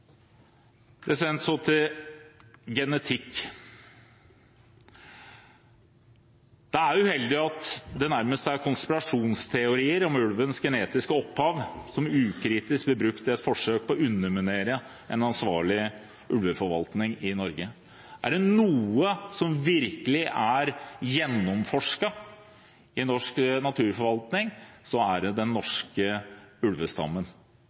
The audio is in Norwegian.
Så til genetikk: Det er uheldig at det nærmest er konspirasjonsteorier om ulvens genetiske opphav som ukritisk blir brukt i et forsøk på å underminere en ansvarlig ulveforvaltning i Norge. Er det noe som virkelig er gjennomforsket i norsk naturforvaltning, er det den norske ulvestammen.